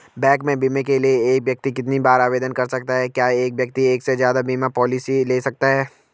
Bank में बीमे के लिए एक व्यक्ति कितनी बार आवेदन कर सकता है क्या एक व्यक्ति एक से ज़्यादा बीमा पॉलिसी ले सकता है?